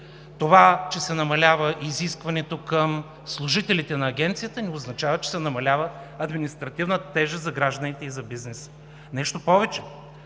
Това, че се намалява изискването към служителите на Агенцията не означава, че се намалява административната тежест за гражданите и за бизнеса. Нещо повече.